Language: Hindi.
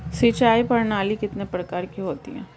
सिंचाई प्रणाली कितने प्रकार की होती हैं?